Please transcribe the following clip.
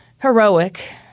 heroic